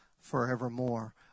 forevermore